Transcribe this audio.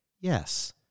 yes